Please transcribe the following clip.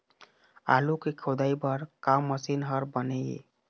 आलू के खोदाई बर का मशीन हर बने ये?